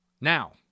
Now